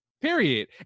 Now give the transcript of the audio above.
period